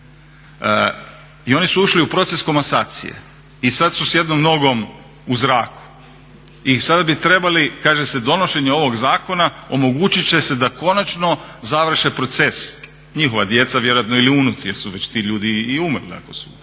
I oni su ušli u proces komasacije i sad su s jednom nogom u zraku i sada bi trebali kaže se donošenjem ovog zakona omogućit će se da konačno završe proces, njihova djeca vjerojatno ili unuci jer su već ti ljudi i umrli ako su